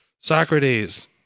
Socrates